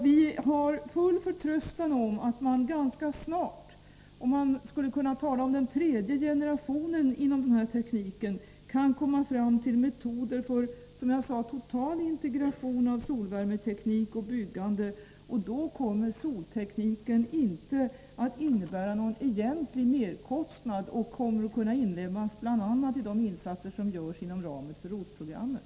Vi har full förtröstan på att man ganska snart — man skulle kunna tala om den tredje generationen inom denna teknik — kan komma fram till metoder för total integration av solvärmeteknik och byggande. Då kommer soltekniken inte att innebära någon egentlig merkostnad och kommer att kunna inlemmas bl.a. i de insatser som görs inom ramen för ROT-programmet.